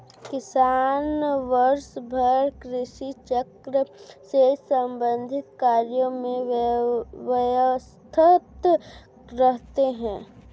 किसान वर्षभर कृषि चक्र से संबंधित कार्यों में व्यस्त रहते हैं